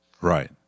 Right